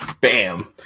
bam